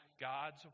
God's